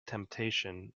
temptation